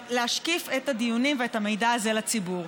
לשקף את הדיונים ואת המידע הזה לציבור.